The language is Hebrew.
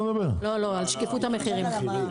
לא, על שקיפות המחירים.